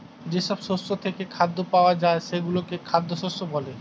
যেসব শস্য থেকে খাদ্য পাওয়া যায় সেগুলোকে খাদ্য শস্য বলে